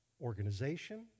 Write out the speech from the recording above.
organization